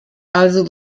also